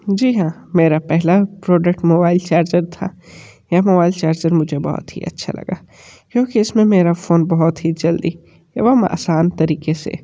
जी हाँ मेरा पहला प्रोडक्ट मोबाइल चार्जर था यह मोबाइल चार्जर मुझे बहुत ही अच्छा लगा क्योंकि इसमें मेरा फ़ोन बहुत ही जल्दी एवं आसान तरीक़े से